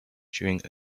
during